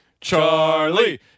Charlie